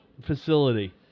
facility